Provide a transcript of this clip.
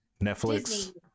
Netflix